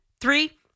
Three